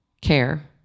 care